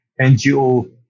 NGO